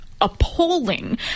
appalling